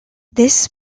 this